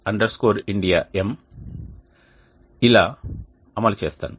m ఇలా అమలు చేస్తాను